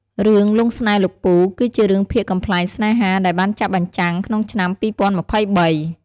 រឿង "លង់ស្នេហ៍លោកពូ" គឺជារឿងភាគកំប្លែងស្នេហាដែលបានចាក់បញ្ចាំងក្នុងឆ្នាំ ២០២៣។